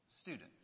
students